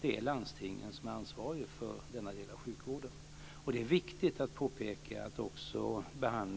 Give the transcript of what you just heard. det är landstingen som är ansvariga för den delen av sjukvården. Det är viktigt att påpeka att övervikt faktiskt är en sjukdom.